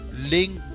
link